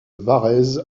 varèse